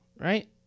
right